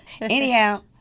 anyhow